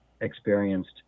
experienced